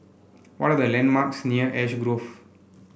what are the landmarks near Ash Grove